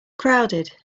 crowded